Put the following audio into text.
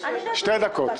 שתי דקות.